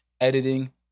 editing